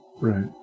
Right